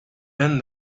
been